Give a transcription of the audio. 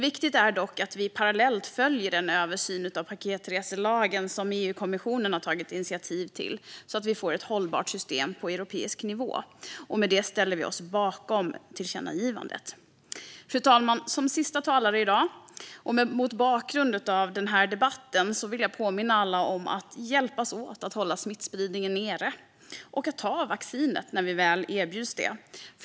Viktigt är dock att vi parallellt följer den översyn av paketreselagen som EU-kommissionen har tagit initiativ till, så att vi får ett hållbart system på europeisk nivå. Med det ställer vi oss bakom förslaget till tillkännagivande. Fru talman! Som sista talare i dag och mot bakgrund av den här debatten vill jag påminna alla om att hjälpas åt att hålla smittspridningen nere och att ta vaccinet när vi väl erbjuds det.